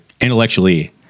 intellectually